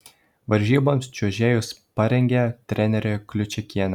varžyboms čiuožėjus parengė trenerė kliučakienė